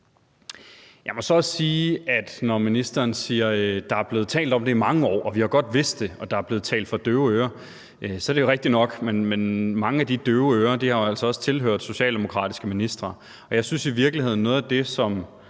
det er rigtigt nok, når ministeren siger, at der er blevet talt om det i mange år, og at man godt har vidst det, og at der er blevet talt for døve ører, men mange af de døve ører har altså også tilhørt socialdemokratiske ministre, og jeg synes i virkeligheden også, at noget af det, som